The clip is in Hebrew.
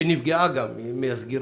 שגם נפגעה מהסגירה.